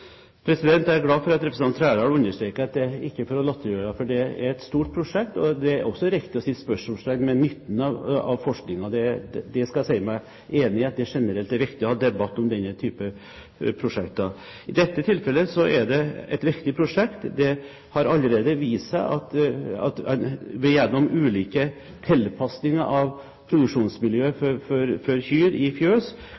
Jeg er glad for at representanten Trældal understreker at dette ikke er for å latterliggjøre, for det er et stort prosjekt. Det er også riktig å sette spørsmålstegn ved nytten av forskningen – det skal jeg si meg enig i, det er generelt viktig å ha debatt om denne typen prosjekter. I dette tilfellet er det et viktig prosjekt. Det har allerede vist seg at gjennom ulike tilpasninger av produksjonsmiljøet